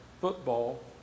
football